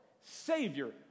savior